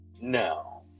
No